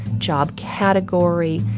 job category,